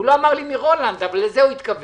הוא לא אמר לי מרולנד, אבל לזה התכוון.